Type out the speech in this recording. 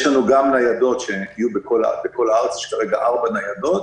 יש לנו גם ניידות בכל הארץ, יש כרגע ארבע ניידות,